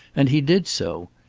and he did so.